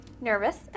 Nervous